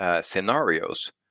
scenarios